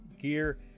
gear